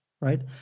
right